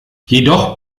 jedoch